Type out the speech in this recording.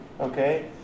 Okay